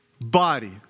Body